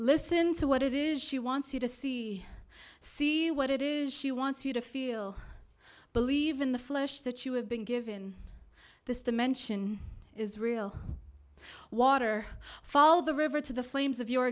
listen to what it is she wants you to see see what it is she wants you to feel believe in the flesh that you have been given this dimension is real water fall the river to the flames of your